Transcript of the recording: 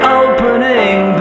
opening